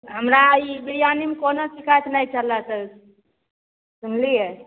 हमरा ई बिरियानीमे कोनो शिकायत नहि चलत सुनलिए